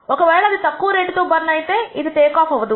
ఒక వేళ అది తక్కువ రేట్ తో బర్న్ అయితే అది టేక్ ఆఫ్ అవ్వదు